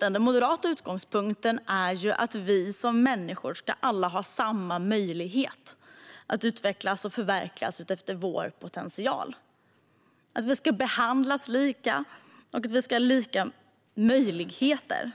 Den moderata utgångspunkten är att vi som människor alla ska ha samma möjlighet att utvecklas och förverkliga oss efter vår potential, att vi ska behandlas lika och ha lika möjligheter